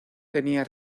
tenía